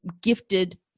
gifted